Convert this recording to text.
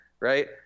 right